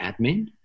admin